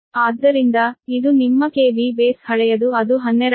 ಆದ್ದರಿಂದ ಇದು ನಿಮ್ಮ KV ಬೇಸ್ ಹಳೆಯದು ಅದು 12